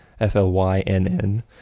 F-L-Y-N-N